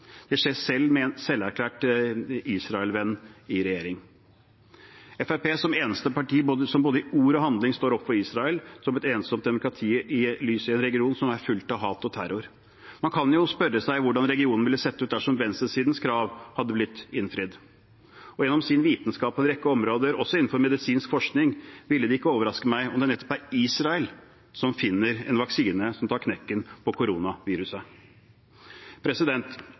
Det skjer selv med en selverklært Israel-venn i regjering. Fremskrittspartiet er eneste parti som både i ord og i handling står opp for Israel som et ensomt demokratisk lys i en region som er fylt av hat og terror. Man kan jo spørre seg hvordan regionen ville sett ut dersom venstresidens krav hadde blitt innfridd. Og gjennom sin vitenskap på en rekke områder, også innenfor medisinsk forskning, ville det ikke overraske meg om det nettopp er Israel som finner en vaksine som tar knekken på koronaviruset.